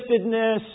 giftedness